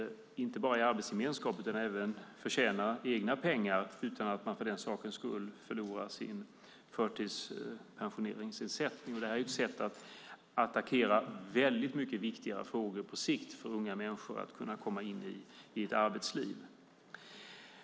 Man kommer inte bara in i arbetsgemenskap utan tjänar även egna pengar utan att för den sakens skull förlora sin förtidspensionsersättning. Detta är ett sätt att attackera väldigt mycket viktigare frågor på sikt, för att unga människor ska kunna komma in i ett arbetsliv.